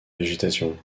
végétation